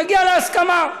נגיע להסכמה.